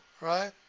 right